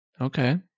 Okay